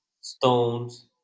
stones